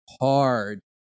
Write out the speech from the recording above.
hard